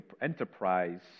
enterprise